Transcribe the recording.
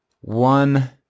One